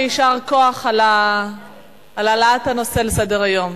ויישר כוח על העלאת הנושא לסדר-היום.